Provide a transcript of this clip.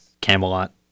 Camelot